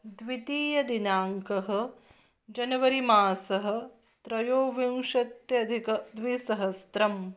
द्वितीयदिनाङ्कः जनवरि मासः त्रयोविंशत्यधिकद्विसहस्रम्